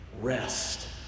Rest